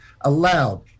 allowed